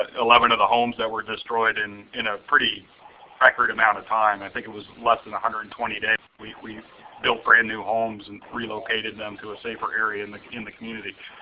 eleven of the homes that were destroyed in in a pretty record amount of time. i think it was less than one hundred and twenty days. we built brand-new homes and relocated them to a safer area in the in the community.